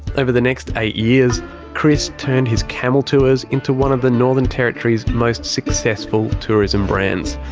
over the next eight years chris turned his camel tours into one of the northern territory's most successful tourism brands.